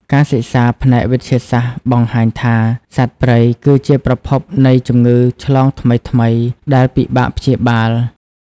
ការសិក្សាផ្នែកវិទ្យាសាស្ត្របង្ហាញថា សត្វព្រៃគឺជាប្រភពនៃជំងឺឆ្លងថ្មីៗដែលពិបាកព្យាបាល។